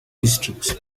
districts